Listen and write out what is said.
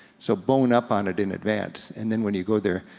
so bone up on it in advance, and then when you go there,